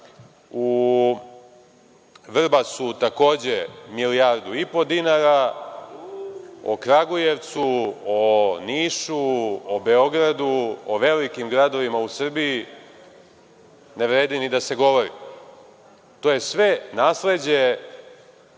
u Vrbasu milijardu i po dinara. O Kragujevcu, o Nišu, o Beogradu, o velikim gradovima u Srbiji ne vredi ni da se govori. To je sve nasleđe